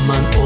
Man